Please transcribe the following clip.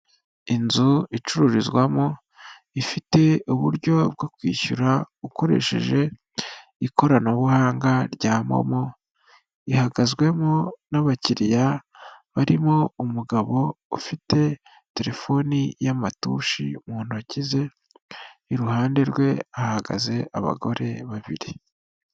Inzu icururizwamo ifite uburyo bwo kwishyura ukoresheje ikoranabuhanga rya momo, ihagazwemo n'abakiriya barimo umugabo ufite telefoni y'amatushi mu ntoki ze, iruhande rwe hahagaze abagore babiri.